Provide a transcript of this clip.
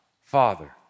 Father